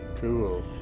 Cool